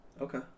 Okay